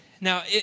Now